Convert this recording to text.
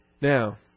Now